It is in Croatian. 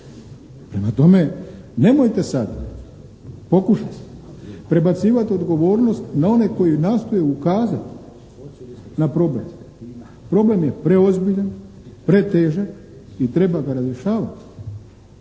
Prema tome nemojte sad pokušati prebacivati odgovornost na one koji nastoje ukazati na problem. Problem je preozbiljan, pretežak i treba ga razrješavati.